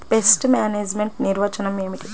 Pest management నిర్వచనం ఏమిటి?